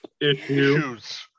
issues